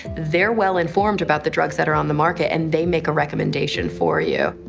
they're well informed about the drugs that are on the market and they make a recommendation for you.